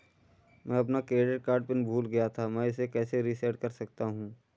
मैं अपना credit card pin भूल गया था मैं इसे कैसे रीसेट कर सकता हूँ?